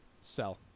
Sell